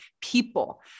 people